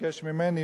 שביקש ממני